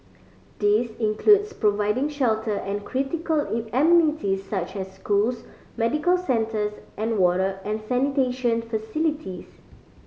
this includes providing shelter and critical amenities such as schools medical centres and water and sanitation facilities